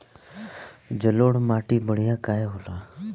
जलोड़ माटी बढ़िया काहे होला?